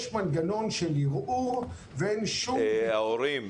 יש מנגנון של ערעור ואין שום ביטול --- ההורים,